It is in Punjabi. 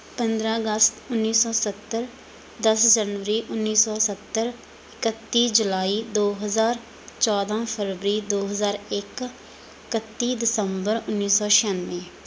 ਪੰਦਰਾਂ ਅਗਸਤ ਉੱਨੀ ਸੌ ਸੱਤਰ ਦਸ ਜਨਵਰੀ ਉੱਨੀ ਸੌ ਸੱਤਰ ਇਕੱਤੀ ਜੁਲਾਈ ਦੋ ਹਜ਼ਾਰ ਚੌਦਾਂ ਫਰਵਰੀ ਦੋ ਹਜ਼ਾਰ ਇੱਕ ਇਕੱਤੀ ਦਸਬੰਰ ਉੱਨੀ ਸੌ ਛਿਆਨਵੇਂ